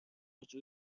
جور